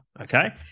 okay